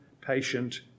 patient